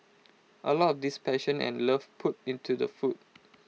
A lot of this passion and love put into the food